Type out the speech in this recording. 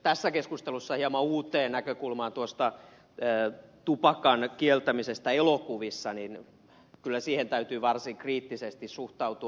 tässä keskustelussa hieman uuteen näkökulmaan tupakan kieltämiseen elokuvissa täytyy kyllä varsin kriittisesti suhtautua